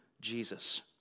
Jesus